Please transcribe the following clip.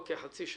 חצי שנה.